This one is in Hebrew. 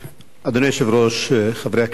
אדוני היושב-ראש, חברי הכנסת,